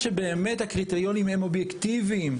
ט' באייר התשפ"ב,